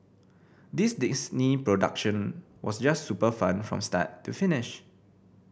this Disney production was just super fun from start to finish